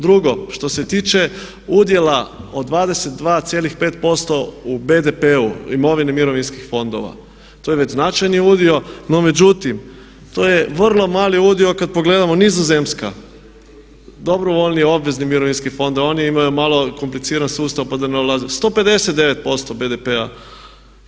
Drugo, što se tiče udjela od 22,5% u BDP-u, imovini mirovinskih fondova, to je već značajni udio no međutim, to je vrlo mali udio kad pogledamo nizozemska, dobrovoljni obvezni mirovinski fond, oni imaju malo kompliciran sustav pa da ne ulazim, 159% BDP-a.